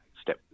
step